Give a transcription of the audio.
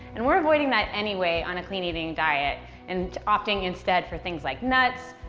and we're avoiding that anyway on a clean eating diet and opting instead for things like nuts,